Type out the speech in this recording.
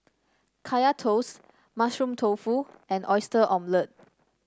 Kaya Toast Mushroom Tofu and Oyster Omelette